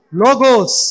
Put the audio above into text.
logos